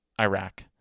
Iraq